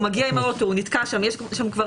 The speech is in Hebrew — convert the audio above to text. מגיע עם האוטו, נתקע שם, יש אירוע.